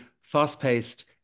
fast-paced